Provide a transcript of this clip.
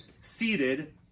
seated